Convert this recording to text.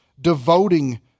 devoting